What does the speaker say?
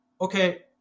okay